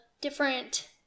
different